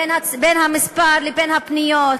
בין המספר לבין הפניות,